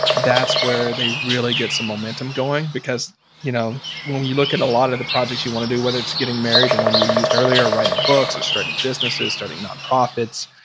that's where they really get some momentum going. because you know when when you look at a lot of the projects you want to do, whether it's getting married, the one you used earlier, or writing books or starting businesses, starting nonprofits,